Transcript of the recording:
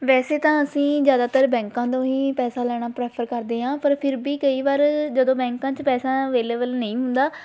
ਵੈਸੇ ਤਾਂ ਅਸੀਂ ਜ਼ਿਆਦਾਤਰ ਬੈਂਕਾਂ ਤੋਂ ਹੀ ਪੈਸਾ ਲੈਣਾ ਪ੍ਰੈਫਰ ਕਰਦੇ ਹਾਂ ਪਰ ਫਿਰ ਵੀ ਕਈ ਵਾਰ ਜਦੋਂ ਬੈਂਕਾਂ 'ਚ ਪੈਸਾ ਅਵੇਲੇਬਲ ਨਹੀਂ ਹੁੰਦਾ